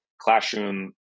classroom